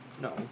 No